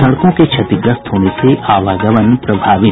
सड़कों के क्षतिग्रस्त होने से आवागमन प्रभावित